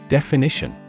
Definition